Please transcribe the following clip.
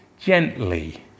Gently